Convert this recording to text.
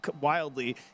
wildly